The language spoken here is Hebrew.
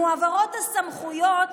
מועברות הסמכויות